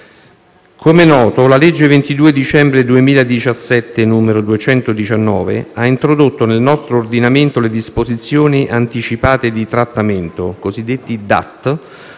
Come noto, la legge 22 dicembre 2017, n. 219, ha introdotto nel nostro ordinamento le disposizioni anticipate di trattamento (le cosiddette DAT),